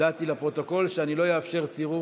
הודעתי לפרוטוקול שאני לא אאפשר צירוף.